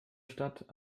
statt